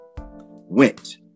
went